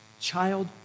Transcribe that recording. child